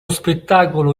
spettacolo